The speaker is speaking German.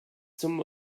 zum